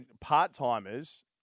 part-timers